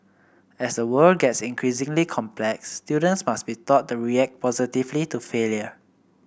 as the world gets increasingly complex students must be taught to react positively to failure